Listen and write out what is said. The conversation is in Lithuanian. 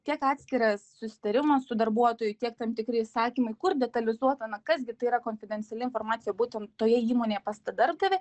tiek atskiras susitarimas su darbuotoju tiek tam tikri įsakymai kur detalizuota na kas gi tai yra konfidenciali informacija būtent toje įmonė pas tą darbdavį